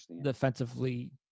defensively